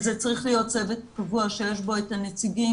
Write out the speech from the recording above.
וזה צריך להיות צוות קבוע שיש בו את הנציגים